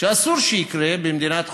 שאסור שיקרה במדינת חוק,